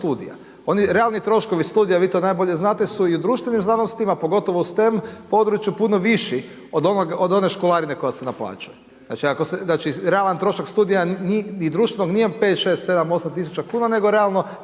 realni troškovi studija, vi to najbolje znate, su i u društvenim znanostima, pogotovo STEM području puno viši od one školarine koja se naplaćuje. Znači, realan trošak studija…/Govornik se ne razumije/…nije ni 5,6,7,8 tisuća kuna, nego realno